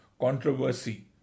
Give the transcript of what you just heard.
controversy